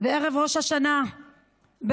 בערב ראש השנה ב-2015,